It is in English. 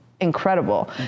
incredible